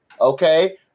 Okay